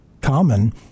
common